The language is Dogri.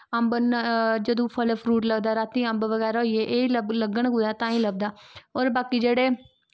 जदूं फल फ्रूट लगदा राती अम्ब बगैरा होइये एह् ही लब्ब लग्गन कुतै तां ही लभदा और बाकी जेह्ड़े